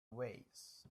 ways